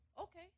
okay